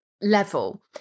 level